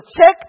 check